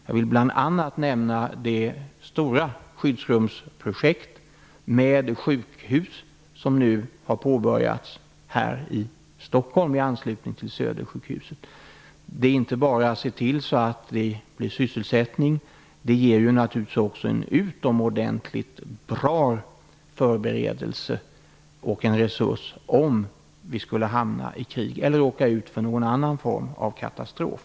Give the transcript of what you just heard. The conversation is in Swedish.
Jag vill bl.a. nämna det stora skyddsrumspro jekt med sjukhus som nu har påbörjats här i Stockholm i anslutning till Södersjukhuset. Det gäller inte bara att se till att det blir sysselsättning. Detta innebär naturligtvis också en utomordent ligt bra förberedelse och en resurs om vi skulle hamna i krig eller råka ut för någon annan form av katastrof.